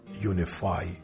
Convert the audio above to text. unify